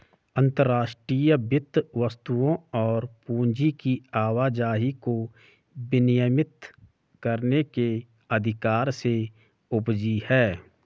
अंतर्राष्ट्रीय वित्त वस्तुओं और पूंजी की आवाजाही को विनियमित करने के अधिकार से उपजी हैं